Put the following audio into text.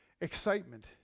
excitement